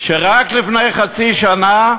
כשרק לפני חצי שנה,